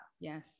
Yes